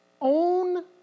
Own